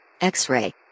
X-Ray